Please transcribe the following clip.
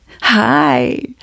Hi